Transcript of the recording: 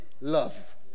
love